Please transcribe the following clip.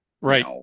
right